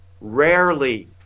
rarely